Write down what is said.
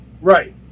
right